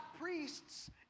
priests